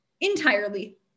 entirely